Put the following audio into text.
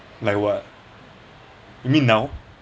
like what you mean now